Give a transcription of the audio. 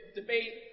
debate